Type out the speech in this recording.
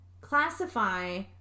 classify